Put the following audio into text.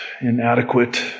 inadequate